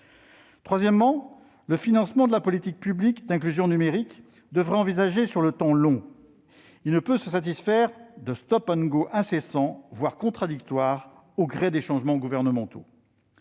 Troisièmement, le financement de la politique publique d'inclusion numérique devrait s'envisager sur le temps long. Il ne peut se satisfaire de incessants, voire contradictoires, au gré des changements gouvernementaux.